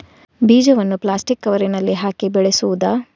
ಬೀಜವನ್ನು ಪ್ಲಾಸ್ಟಿಕ್ ಕವರಿನಲ್ಲಿ ಹಾಕಿ ಬೆಳೆಸುವುದಾ?